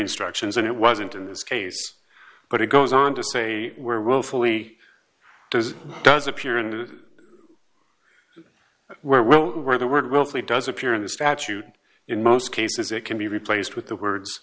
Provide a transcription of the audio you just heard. instructions and it wasn't in this case but it goes on to say where willfully does does appear and where well where the word willfully does appear in the statute in most cases it can be replaced with the words